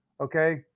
Okay